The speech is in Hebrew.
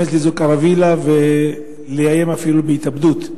לאיזו קרווילה ואיים אפילו בהתאבדות.